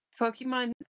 Pokemon